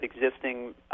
existing